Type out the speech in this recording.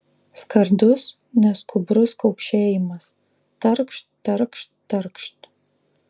skardus neskubrus kaukšėjimas tarkšt tarkšt tarkšt